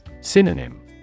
Synonym